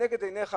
לנגד עיניך